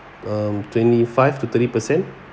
um twenty five to thirty percent